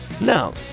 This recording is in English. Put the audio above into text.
No